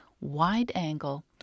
wide-angle